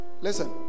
listen